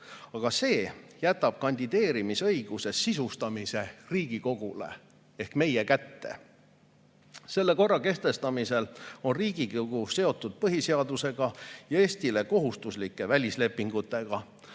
Aga see jätab kandideerimisõiguse sisustamise Riigikogule ehk meie kätte. Selle korra kehtestamisel on Riigikogu seotud põhiseadusega ja Eestile kohustuslike välislepingutega.